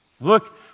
Look